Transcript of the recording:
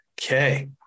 Okay